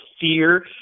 fear